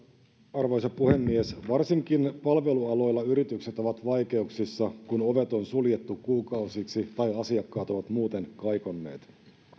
arvoisa puhemies varsinkin palvelualoilla yritykset ovat vaikeuksissa kun ovet on suljettu kuukausiksi tai asiakkaat ovat muuten kaikonneet